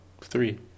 three